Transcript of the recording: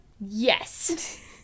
Yes